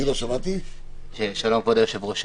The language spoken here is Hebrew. כבוד היושב-ראש,